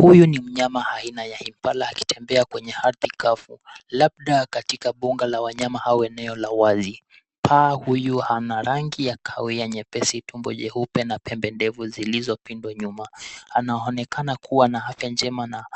Huyu ni mnyama aina ya Impala akitembea kwenye ardhi kavu, labda katika bunga la wanyama au eneo la wazi. Paa huyu ana rangi ya kahawia nyepesi, tumbo jeupe, na pembe ndefu zilizopindwa nyuma. Anaonekana kua na afya njema na